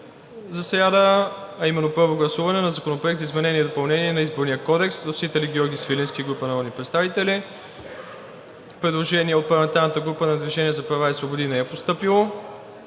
за сряда: 2. Първо гласуване на Законопроекта за изменение и допълнение на Изборния кодекс. Вносители: Георги Свиленски и група народни представители. Предложение от парламентарната група на „Движение за права и свободи“ не е постъпило.